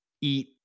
eat